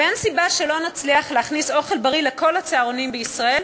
ואין סיבה שלא נצליח להכניס אוכל בריא לכל הצהרונים בישראל,